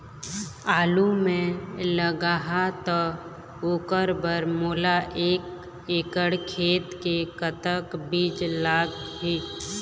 आलू मे लगाहा त ओकर बर मोला एक एकड़ खेत मे कतक बीज लाग ही?